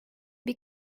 bir